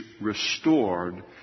restored